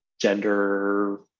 gender